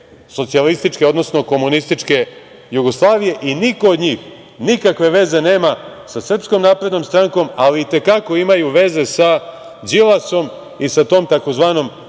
socijalističke, odnosno komunističke Jugoslavije i niko od njih nikakve veze nema sa Srpskom naprednom strankom, ali i te kako imaju veze sa Đilasom i sa tom tzv.